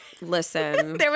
Listen